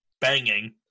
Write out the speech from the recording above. Banging